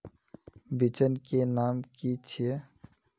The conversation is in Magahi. बिचन के नाम की छिये?